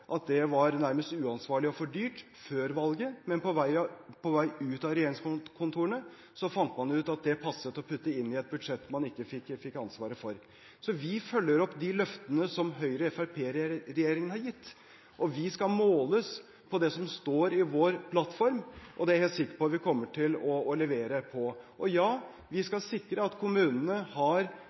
at det var nærmest uansvarlig og for dyrt, men på vei ut av regjeringskontorene fant man ut at det passet å putte det inn i et budsjett man ikke fikk ansvaret for. Så vi følger opp de løftene som Høyre–Fremskrittsparti-regjeringen har gitt. Vi skal måles på det som står i vår plattform, og det er jeg helt sikker på at vi kommer til å levere på. Og ja, vi skal sikre at kommunene har